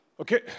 okay